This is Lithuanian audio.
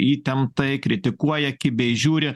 įtemptai kritikuoja kibiai žiūri